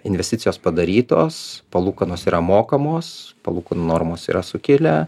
investicijos padarytos palūkanos yra mokamos palūkanų normos yra sukilę